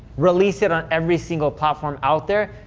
release it on every single platform out there.